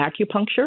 acupuncture